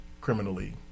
criminally